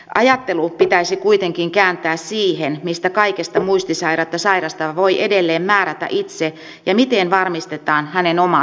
ajattelu pitäisi kuitenkin kääntää siihen mistä kaikesta muistisairautta sairastava voi edelleen määrätä itse ja miten varmistetaan hänen oma tahtonsa